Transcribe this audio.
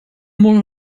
molt